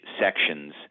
sections